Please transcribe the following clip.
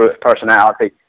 personality